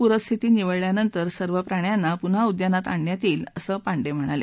पूरस्थिती निवळल्यानंतर सर्व प्राण्यांना पुन्हा उद्यानात आणण्यात येईल असंही पांडे म्हणाले